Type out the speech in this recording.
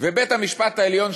ובית-המשפט העליון,